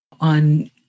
On